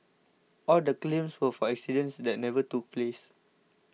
all the claims were for accidents that never took place